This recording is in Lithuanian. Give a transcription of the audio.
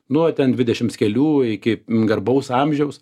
nuo ten dvidešims kelių iki garbaus amžiaus